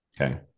Okay